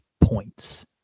points